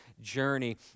journey